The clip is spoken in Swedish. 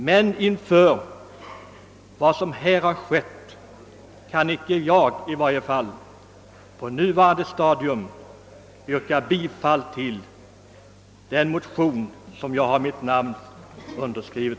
Men efter vad som skett kan inte jag, i varje fall inte på nuvarande stadium, yrka bifall till den motion som jag har undertecknat.